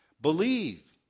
Believe